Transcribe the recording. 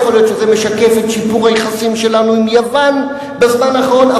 יכול להיות שזה משקף את שיפור היחסים שלנו עם יוון בזמן האחרון.